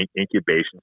incubation